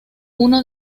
uno